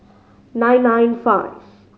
nine nine five